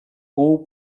pół